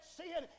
sin